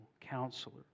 counselor